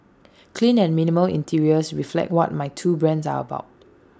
clean and minimal interiors reflect what my two brands are about